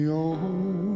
on